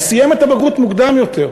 הוא סיים את הבגרות מוקדם יותר,